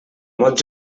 molt